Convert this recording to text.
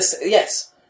Yes